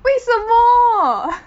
为什么